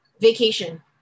vacation